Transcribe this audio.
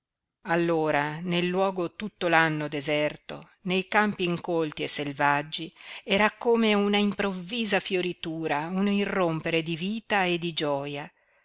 allora nel luogo tutto l'anno deserto nei campi incolti e selvaggi era come una improvvisa fioritura un irrompere di vita e di gioia